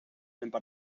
símbolo